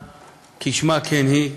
כשמה כן היא,